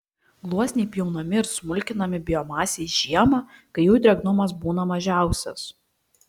gluosniai pjaunami ir smulkinami biomasei žiemą kai jų drėgnumas būna mažiausias